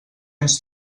ens